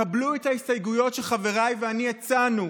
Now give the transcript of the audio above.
קבלו את ההסתייגויות שחבריי ואני הצענו,